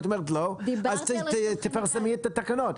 אם את אומרת לא אז תפרסמי את התקנות.